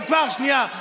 כבר, שנייה.